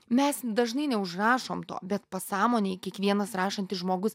mes dažnai neužrašom to bet pasąmonėj kiekvienas rašantis žmogus